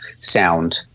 sound